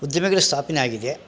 ಉದ್ಯಮಗಳ ಸ್ಥಾಪನೆ ಆಗಿದೆ